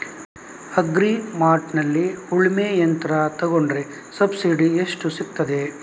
Agri ಮಾರ್ಟ್ನಲ್ಲಿ ಉಳ್ಮೆ ಯಂತ್ರ ತೆಕೊಂಡ್ರೆ ಸಬ್ಸಿಡಿ ಎಷ್ಟು ಸಿಕ್ತಾದೆ?